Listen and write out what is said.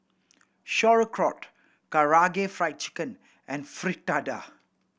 Sauerkraut Karaage Fried Chicken and Fritada